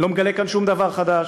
אני לא מגלה כאן שום דבר חדש.